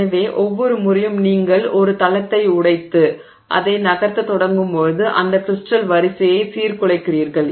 எனவே ஒவ்வொரு முறையும் நீங்கள் ஒரு தளத்தை உடைத்து அதை நகர்த்தத் தொடங்கும்போது அந்த கிரிஸ்டல் வரிசையை சீர்குலைக்கிறீர்கள்